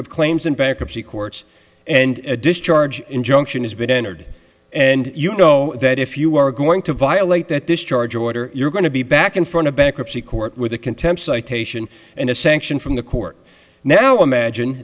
have claims in bankruptcy courts and a discharge injunction has been entered and you know that if you are going to violate that discharge order you're going to be back in front of bankruptcy court with a contempt citation and a sanction from the court now imagine